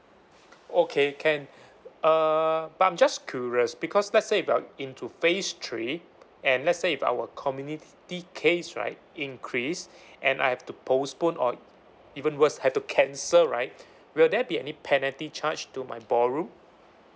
okay can uh but I'm just curious because let's say if we're into phase three and let's say if our community case right increase and I have to postpone or even worse have to cancel right will there be any penalty charge to my ballroom